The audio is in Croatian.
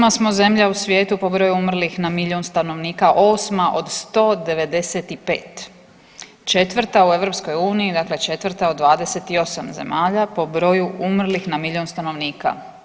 Osma smo zemlja u svijetu po broju umrlih na milijun stanovnika, 8. od 195., 4. u EU, dakle 4. od 28 zemalja po broju umrlih na milijun stanovnika.